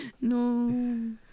No